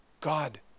god